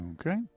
Okay